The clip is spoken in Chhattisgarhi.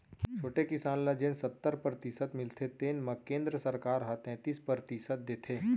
छोटे किसान ल जेन सत्तर परतिसत मिलथे तेन म केंद्र सरकार ह तैतीस परतिसत देथे